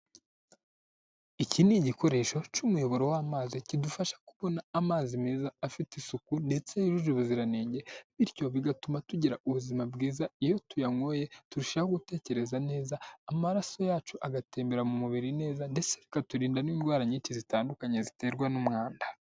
Iki ni igikoresho cy'umuyoboro w'amazi kidufasha kubona amazi meza afite isuku ndetse yujuje ubuziranenge, bityo bigatuma tugira ubuzima bwiza, iyo tuyanyweye turushaho gutekereza neza, amaraso yacu agatembera mu mubiri neza, ndetse bikaturinda n'indwara nyinshi zitandukanye ziterwa n'umwanda.